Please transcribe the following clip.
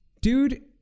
Dude